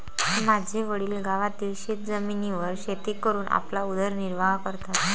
माझे वडील गावातील शेतजमिनीवर शेती करून आपला उदरनिर्वाह करतात